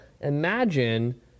imagine